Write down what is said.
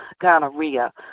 gonorrhea